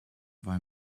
war